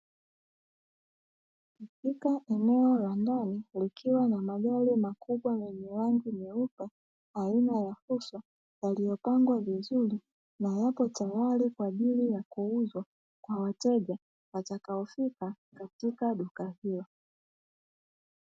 Katika eneo la ndani likiwa na magari makubwa yenye rangi nyeupe aina ya fuso, yaliyopangwa vizuri na yako tayari kwa ajili ya kuuzwa kwa wateja watakao fika katika duka hilo.